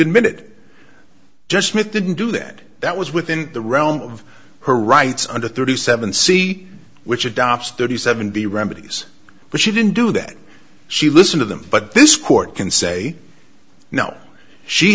mid judgment didn't do that that was within the realm of her rights under thirty seven c which adopts thirty seven b remedies but she didn't do that she listen to them but this court can say no she